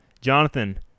Jonathan